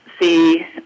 see